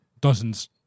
Dozens